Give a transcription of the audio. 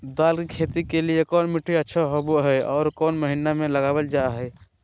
दाल की खेती के लिए कौन मिट्टी अच्छा होबो हाय और कौन महीना में लगाबल जा हाय?